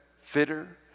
fitter